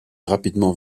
rapidement